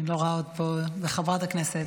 אני לא רואה עוד פה, וחברת הכנסת,